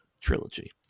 trilogy